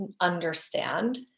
understand